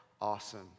awesome